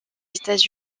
états